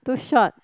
too short